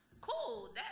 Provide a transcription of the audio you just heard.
Cool